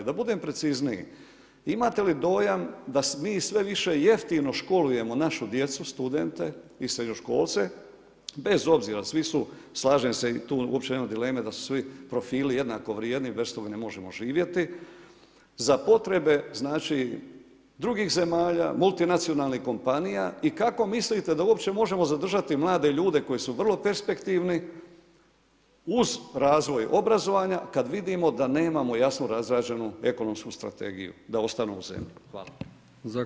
Da budem precizniji, imate li dojam da svi sve više jeftino školujemo našu djecu, studente i srednjoškolce, bez obzira, svi su slažem se i tu uopće nemam dileme da su svi profili jednako vrijedni, bez toga ne možemo živjeti, za potrebe drugih zemalja, multinacionalnih kompanija i kako mislite da uopće možemo zadržati mlade ljude koji su vrlo perspektivni uz razvoj obrazovanja kad vidimo da nemamo jasno razrađenu ekonomsku strategiju da ostanu u zemlji?